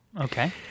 Okay